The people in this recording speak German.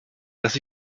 dass